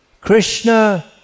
Krishna